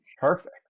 Perfect